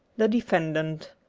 the defendant.